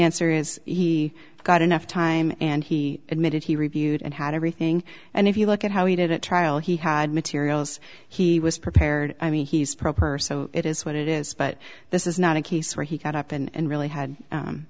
answer is he got enough time and he admitted he reviewed and had everything and if you look at how he did it trial he had materials he was prepared i mean he's proper so it is what it is but this is not a case where he got up and really had